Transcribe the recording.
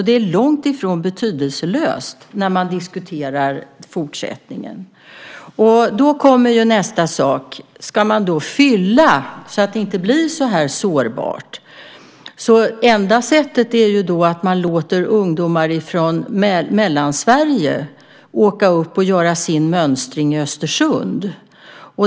Det är långt ifrån betydelselöst när man diskuterar fortsättningen. Ska man då fylla så att det inte blir så sårbart? Det enda sättet är att låta ungdomar från Mellansverige åka upp och göra sin mönstring i Östersund.